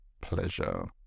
pleasure